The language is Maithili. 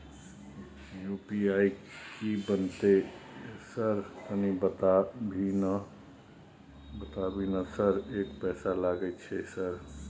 यु.पी.आई की बनते है सर तनी बता भी ना सर एक पैसा लागे छै सर?